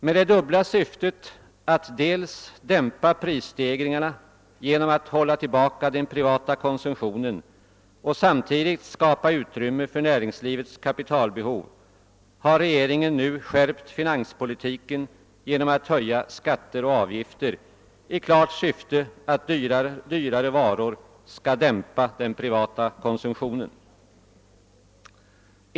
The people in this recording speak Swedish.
Med det dubbla syftet att dels dämpa prisstegringarna genom att hålla tillbaka den privata konsumtionen, dels skapa utrymme för näringslivets kapitalbehov har regeringen nu skärpt finanspolitiken genom att höja skatter och avgifter, i den bestämda uppfattningen att dyrare varor skall minska den privata konsumtionen.